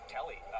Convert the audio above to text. Kelly